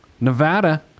Nevada